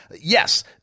Yes